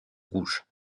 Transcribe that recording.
rouge